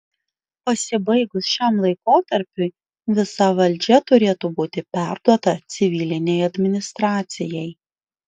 pasibaigus šiam laikotarpiui visa valdžia turėtų būti perduota civilinei administracijai